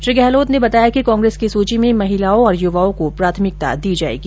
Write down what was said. श्री गहलोत ने बताया कि कांग्रेस की सूची में महिलाओं और युवाओं को प्राथमिकता दी जायेगी